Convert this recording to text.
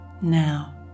now